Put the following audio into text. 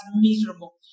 miserable